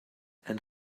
and